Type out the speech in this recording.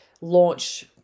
launch